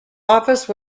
office